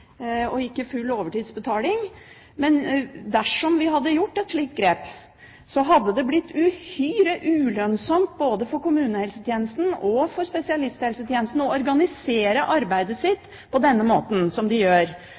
og ikke full overtidsbetaling. Men dersom vi hadde gjort et slikt grep, hadde det blitt uhyre ulønnsomt både for kommunehelsetjenesten og for spesialisthelsetjenesten å organisere arbeidet sitt på den måten som de gjør. Det er også andre sektorer i samfunnet som gjør